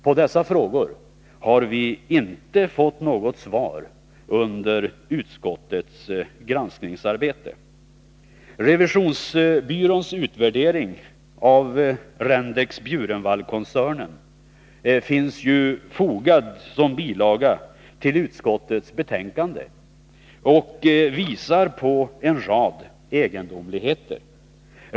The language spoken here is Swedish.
På dessa frågor har vi inte fått något svar under utskottets granskningsarbete. Revisionsbyråns utvärdering av Rendex Bjurenvallkoncernen finns fogad som bilaga till utskottets betänkande och visar på en rad egendomligheter.